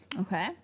okay